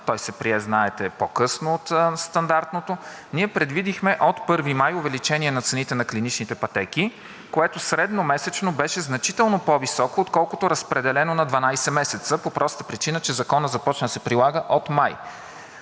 той се прие, знаете, по-късно от стандартното, ние предвидихме от 1 май увеличение на цените на клиничните пътеки, което средномесечно беше значително по-високо, отколкото разпределено на 12 месеца, по простата причина, че Законът започна да се прилага от месец